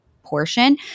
Portion